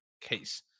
case